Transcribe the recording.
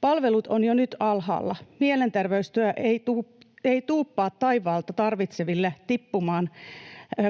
Palvelut on jo nyt alhaalla, mielenterveystyö ei tuppaa taivaalta tarvitseville tippumaan,